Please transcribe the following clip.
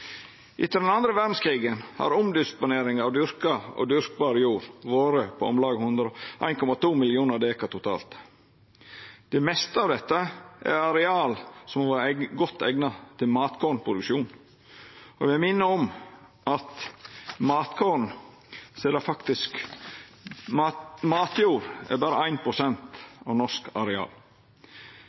Etter den andre verdskrigen har omdisponeringa av dyrka og dyrkbar jord vore på om lag 1,2 millionar dekar totalt. Det meste av dette er areal som har vore godt eigna til matkornproduksjon. Eg vil minna om at matjord utgjer berre 1 pst. av norsk areal. Dei fleste byar og tettstader i Noreg med befolkningsvekst er omkransa av